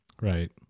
Right